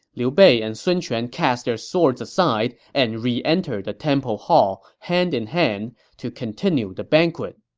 liu bei and sun quan cast their swords aside and re-entered the temple hall hand in hand to continue the banquet.